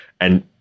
and-